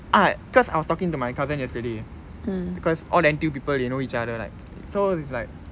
ah cause I was talking to my cousin yesterday because all the N_T_U people they know each other like so it's like